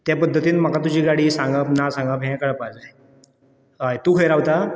हय ते पद्दतीन म्हाका तुजी गाडी सांगप ना सांगप हें कळपा जाय हय तूं खंय रावता